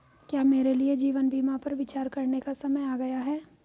क्या मेरे लिए जीवन बीमा पर विचार करने का समय आ गया है?